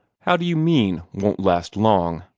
how do you mean won't last long,